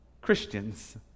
Christians